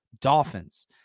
Dolphins